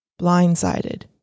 blindsided